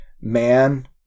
man